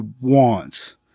wants